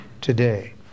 today